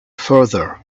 farther